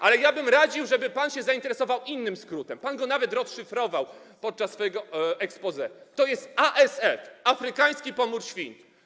Ale ja bym radził, żeby pan się zainteresował innym skrótem, pan go nawet rozszyfrował podczas swojego exposé - to jest ASF: afrykański pomór świń.